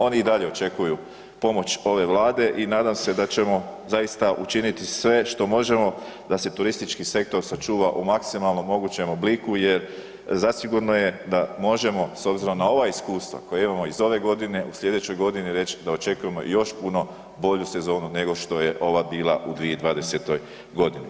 Oni i dalje očekuju pomoć ove Vlade i nadam se da ćemo zaista učiniti sve što možemo da se turistički sektor sačuva u maksimalno mogućem obliku jer zasigurno je da možemo s obzirom na ova iskustva koja imamo iz ove godine u sljedećoj godini reći da očekujemo još puno bolju sezonu nego što je ova bila u 2020. godini.